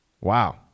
Wow